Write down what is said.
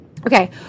Okay